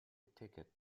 ticket